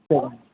சரிங்க